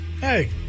Hey